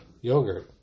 yogurt